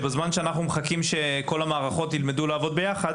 בזמן שאנחנו מחכים שכל המערכות ילמדו לעבוד ביחד,